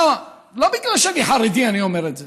לא בגלל שאני חרדי אני אומר את זה.